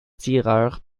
tireurs